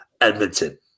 Edmonton